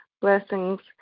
blessings